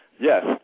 yes